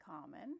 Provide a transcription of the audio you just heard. common